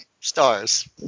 stars